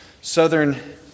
southern